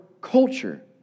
culture